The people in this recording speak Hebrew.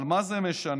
אבל מה זה משנה?